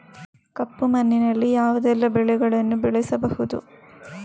ಕಪ್ಪು ಮಣ್ಣಿನಲ್ಲಿ ಯಾವುದೆಲ್ಲ ಬೆಳೆಗಳನ್ನು ಬೆಳೆಸಬಹುದು?